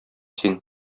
син